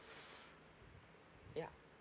ya